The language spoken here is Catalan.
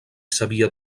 sabia